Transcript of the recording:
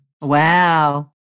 Wow